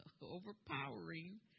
overpowering